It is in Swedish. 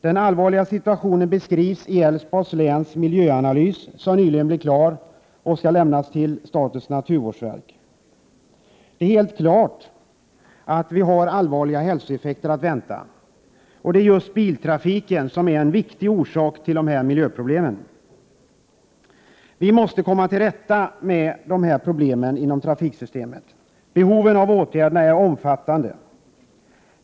Den allvarliga situationen beskrivs i Älvsborgs läns miljöanalys, som nyligen blev färdig och som skall lämnas till statens naturvårdsverk. Det är helt klart att vi har allvarliga hälsoeffekter att vänta. Och just biltrafiken är en viktig orsak till miljöproblemen. Vi måste komma till rätta med dessa problem inom trafiksystemet. Behovet av åtgärder är omfattande.